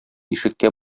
ишеккә